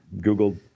Google